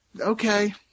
Okay